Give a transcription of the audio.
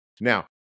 Now